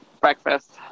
Breakfast